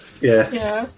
Yes